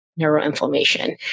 neuroinflammation